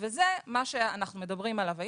וזה מה שאנחנו מדברים עליו היום,